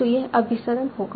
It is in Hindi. तो यह अभिसरण होगा